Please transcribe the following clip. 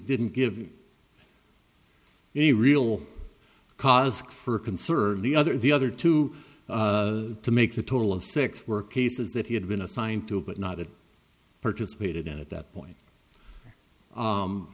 didn't give any real cause for concern the other the other two to make the total of six were cases that he had been assigned to but not that participated in at that point